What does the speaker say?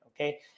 okay